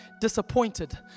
disappointed